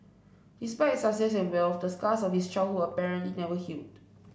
despite success and wealth the scars of his childhood apparently never healed